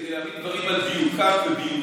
כדי להעמיד דברים על דיוקם ובהירותם: